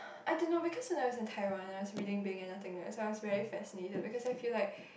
I don't know because when I was in Taiwan I was reading Being of Nothingness so I was very fascinated because I feel like